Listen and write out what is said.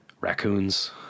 raccoons